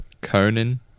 Conan